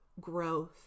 growth